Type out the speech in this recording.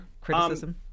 criticism